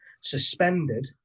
suspended